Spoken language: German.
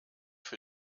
für